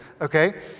okay